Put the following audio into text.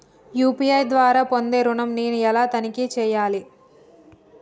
UPI ద్వారా పొందే ఋణం నేను ఎలా తనిఖీ చేయాలి?